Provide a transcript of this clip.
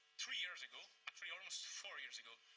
three years ago, actually almost four years ago,